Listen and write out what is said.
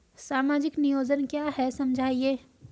सामाजिक नियोजन क्या है समझाइए?